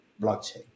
blockchain